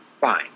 fine